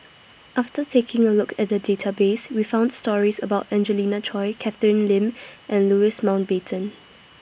after taking A Look At The Database We found stories about Angelina Choy Catherine Lim and Louis bitten